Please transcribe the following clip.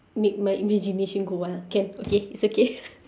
make my imagination go wild can okay it's okay